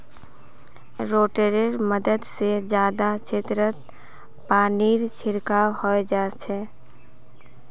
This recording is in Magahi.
रोटेटरैर मदद से जादा क्षेत्रत पानीर छिड़काव हैंय जाच्छे